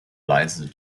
来自